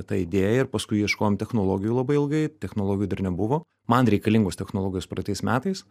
ta idėja ir paskui ieškojom technologijų labai ilgai technologijų dar nebuvo man reikalingos technologijos praeitais metais